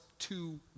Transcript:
two